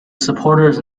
supporters